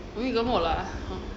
umi gemuk lah ah